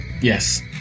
Yes